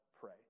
pray